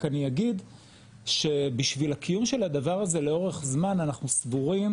רק אני אגיד שבשביל הקיום של הדבר הזה לאורך זמן אנחנו סבורים